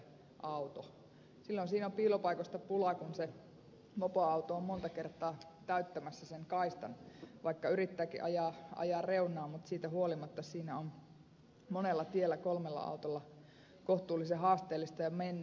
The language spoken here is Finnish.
silloin siinä on piilopaikoista pulaa kun se mopoauto on monta kertaa täyttämässä sen kaistan vaikka yrittääkin ajaa reunaa mutta siitä huolimatta siinä on monella tiellä kolmella autolla kohtuullisen haasteellista mennä